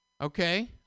Okay